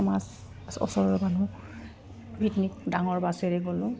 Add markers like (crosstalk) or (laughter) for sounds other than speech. (unintelligible) ওচৰৰ মানুহ পিকনিক ডাঙৰ বাছেৰে গ'লোঁ